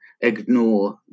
ignore